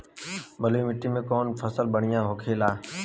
बलुई मिट्टी में कौन फसल बढ़ियां होखे ला?